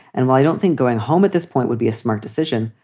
and while i don't think going home at this point would be a smart decision.